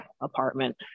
apartment